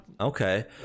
Okay